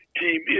team